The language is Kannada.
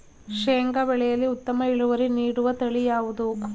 ಶೇಂಗಾ ಬೆಳೆಯಲ್ಲಿ ಉತ್ತಮ ಇಳುವರಿ ನೀಡುವ ತಳಿ ಯಾವುದು?